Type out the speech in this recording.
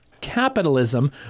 capitalism